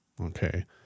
okay